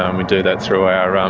and we do that through our um